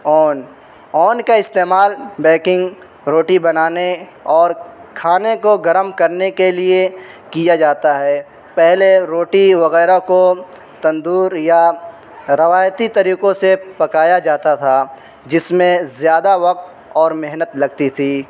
اون oven کا استعمال baking روٹی بنانے اور کھانے کو گرم کرنے کے لیے کیا جاتا ہے پہلے روٹی وغیرہ کو تندور یا روایتی طریقوں سے پکایا جاتا تھا جس میں زیادہ وقت اور محنت لگتی تھی